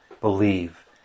believe